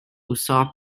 usar